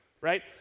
right